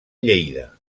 lleida